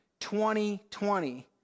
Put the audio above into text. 2020